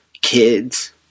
kids